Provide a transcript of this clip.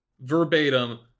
verbatim